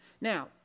Now